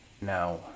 Now